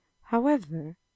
However